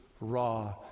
raw